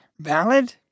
valid